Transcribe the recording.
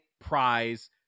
prize